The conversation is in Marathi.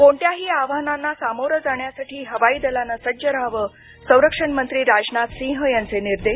कोणत्याही आव्हानांना समोरं जाण्यासाठी हवाई दलानं सज्ज रहावं संरक्षण मंत्री राजनाथ सिंह यांचे निर्देश